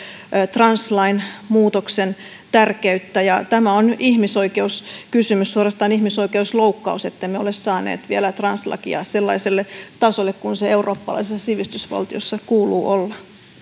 translain muutoksen tärkeyttä tämä on ihmisoikeuskysymys suorastaan ihmisoikeusloukkaus ettemme ole saaneet vielä translakia sellaiselle tasolle kuin sen eurooppalaisessa sivistysvaltiossa kuuluu olla